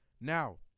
now